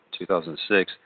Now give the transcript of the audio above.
2006